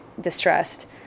distressed